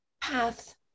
path